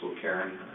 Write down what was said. Karen